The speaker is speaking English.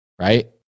Right